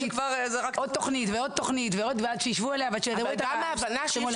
עוד תוכנית ועוד תוכנית ועד שישבו עליה --- אבל גם ההבנה שאי